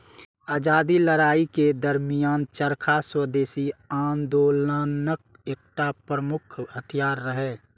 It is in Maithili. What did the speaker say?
आजादीक लड़ाइ के दरमियान चरखा स्वदेशी आंदोलनक एकटा प्रमुख हथियार रहै